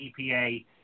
EPA